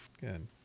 good